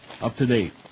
up-to-date